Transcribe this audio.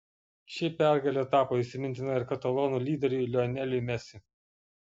ši pergalė tapo įsimintina ir katalonų lyderiui lioneliui messi